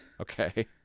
Okay